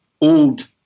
old